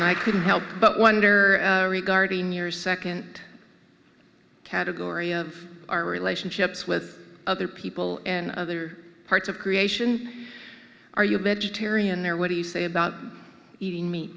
and i couldn't help but wonder regarding your second category of our relationships with other people and other parts of creation are you a vegetarian there what do you say about eating meat